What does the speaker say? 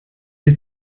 der